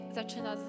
zaczyna